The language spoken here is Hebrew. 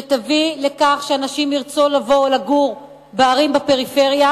שתביא לכך שאנשים ירצו לבוא לגור בערים בפריפריה,